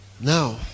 Now